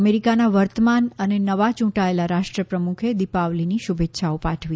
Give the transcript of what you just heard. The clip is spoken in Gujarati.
અમેરિકાના વર્તમાન અને નવા ચૂંટાયેલા રાષ્ટ્રસપ્રમુખે દિપાવલીની શુભે ચ્છાઓ પાઠવી